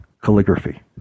calligraphy